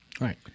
right